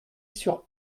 sur